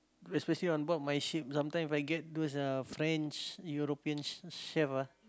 especially onboard my ship sometime if I get those uh French European ch~ chefs ah